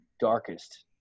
darkest